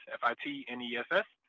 f-i-t-n-e-s-s